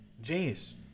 Genius